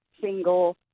single